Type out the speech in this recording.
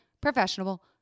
professional